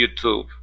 YouTube